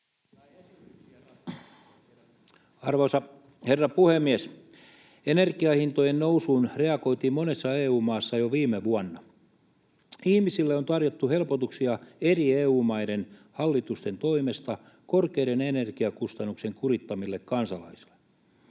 Arvoisa herra puhemies! Energiahintojen nousuun reagoitiin monessa EU-maassa jo viime vuonna. Eri EU-maiden hallitusten toimesta on tarjottu helpotuksia korkeiden energiakustannuksien kurittamille kansalaisille.